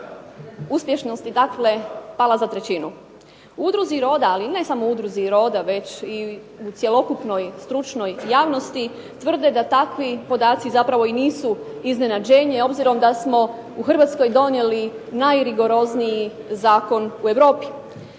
udruzi "Roda", ali ne samo udruzi "Roda" već i u cjelokupnoj stručnoj javnosti tvrde da takvi podaci zapravo i nisu iznenađenje obzirom da smo u Hrvatskoj donijeli najrigorozniji zakon u Europi.